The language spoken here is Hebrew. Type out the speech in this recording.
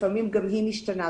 לפעמים גם היא משתנה.